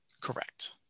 Correct